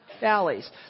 valleys